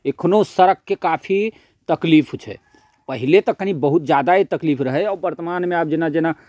एखनो सड़कके काफी तकलीफ छै पहिले तऽ कनि बहुत ज्यादे तकलीफ रहै आब वर्तमानमे आब जेना जेना